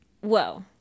Whoa